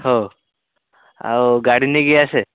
ହଉ ଆଉ ଗାଡ଼ି ନେଇକି ଆସେ